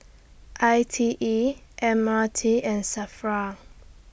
I T E M R T and SAFRA